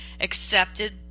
accepted